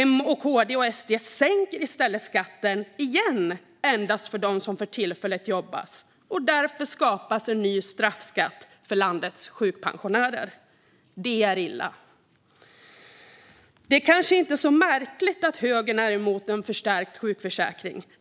M, KD och SD sänker i stället skatten igen endast för dem som för tillfället jobbar. Därför skapas en ny straffskatt för landets sjukpensionärer. Det är illa. Det är kanske inte så märkligt att högern är emot en förstärkt sjukförsäkring.